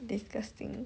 disgusting